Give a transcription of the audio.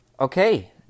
okay